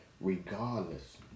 Regardless